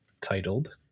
titled